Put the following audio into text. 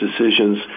decisions